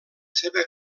seva